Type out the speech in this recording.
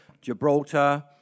Gibraltar